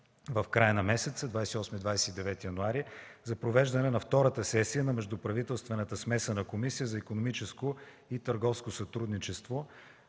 в края на месеца – 28 - 29 януари 2014 г., за провеждане на Втората сесия на Междуправителствената смесена комисия за икономическо и търговско сътрудничество,